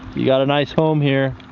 you got a nice home here.